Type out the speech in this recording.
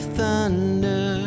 thunder